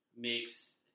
makes